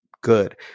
good